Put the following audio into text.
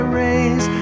rays